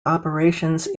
operations